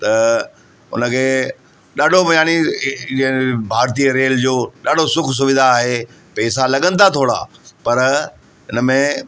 त हुनखे ॾाढो बि यानी ॼण भारतीय रेल जो ॾाढो सुखु सुविधा आहे पैसा लॻनि था थोरा पर हिन में